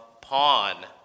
pawn